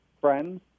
friends